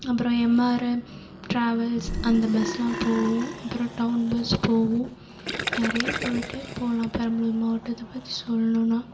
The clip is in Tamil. அப்பறம் எம்ஆர்எம் ட்ராவல்ஸ் அந்த பஸ்ஸெலாம் போகும் அப்புறம் டவுன் பஸ் போகும் நிறையா சொல்லிகிட்டே போகலாம் பெரம்பலூர் மாவட்டத்தை பற்றி சொல்லணுன்னா